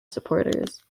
supporters